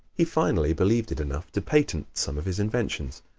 he finally believed it enough to patent some of his inventions,